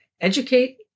educate